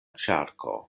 ĉerko